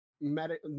Medic